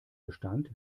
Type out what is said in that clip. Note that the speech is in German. bestand